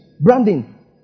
Branding